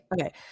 Okay